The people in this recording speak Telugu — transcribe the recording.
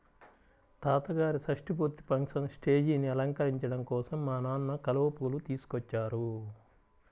తాతగారి షష్టి పూర్తి ఫంక్షన్ స్టేజీని అలంకరించడం కోసం మా నాన్న కలువ పూలు తీసుకొచ్చారు